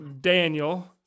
Daniel